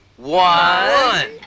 One